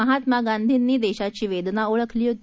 महात्मा गांधींनी देशाची वेदना ओळखली होती